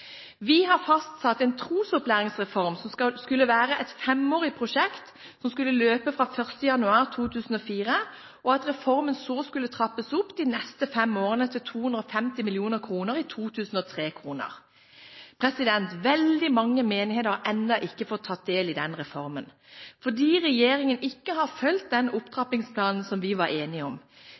Vi har fastsatt en trosopplæringsreform som skulle være et 5-årig prosjekt, som skulle løpe fra 1. januar 2004, og at reformen så skulle trappes opp de neste fem årene til 250 mill. kr i 2003-kroner. Veldig mange menigheter har ennå ikke fått ta del i den reformen fordi regjeringen ikke har fulgt den opptrappingsplanen som vi var enige om.